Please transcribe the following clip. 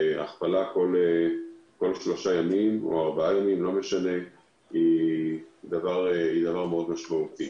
הכפלה כל שלושה או ארבעה ימים היא דבר מאוד משמעותי.